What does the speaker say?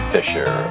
Fisher